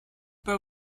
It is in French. pas